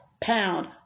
pound